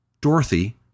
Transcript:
Dorothy